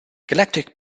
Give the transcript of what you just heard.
galactic